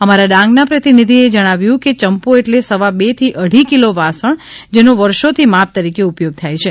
અમારા ડાંગના પ્રતિનિધી જણાવ્યું છે કે ચંપો એટલે સવા બે થી અઢી કિલો વાસણ જેનો વર્ષોથી માપ તરીકે ઉપયોગ થાય છે